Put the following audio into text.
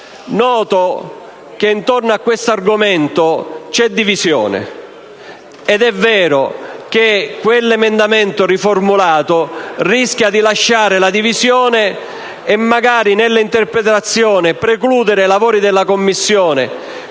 noto che intorno a questo argomento vi è divisione ed è vero che quell'emendamento, riformulato, rischia di lasciare la divisione e magari, nell'interpretazione, di precludere alla Commissione,